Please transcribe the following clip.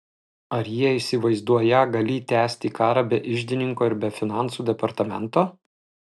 ar jie įsivaizduoją galį tęsti karą be iždininko ir be finansų departamento